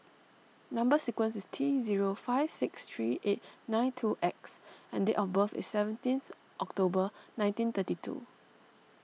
Number Sequence is T zero five six three eight nine two X and date of birth is seventeenth October nineteen thirty two